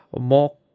more